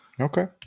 Okay